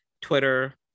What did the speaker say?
Twitter